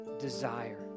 desire